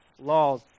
Laws